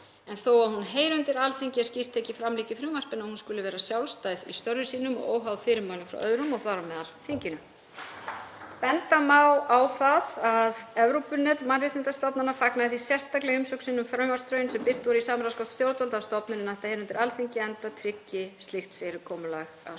en þó að hún heyri undir Alþingi er skýrt tekið fram í frumvarpinu að hún skuli vera sjálfstæð í störfum sínum og óháð fyrirmælum frá öðrum, þar á meðal þinginu. Benda má á það að Evrópunet mannréttindastofnana fagnaði því sérstaklega í umsögn sinni um frumvarpsdrögin sem birt voru í samráðsgátt stjórnvalda að stofnunin ætti að heyra undir Alþingi enda tryggi slíkt fyrirkomulag að stofnunin